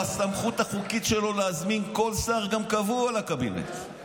בסמכות החוקית שלו להזמין כל שר גם קבוע לקבינט.